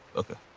okay.